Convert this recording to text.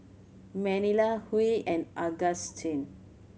Manilla Huy and Augustin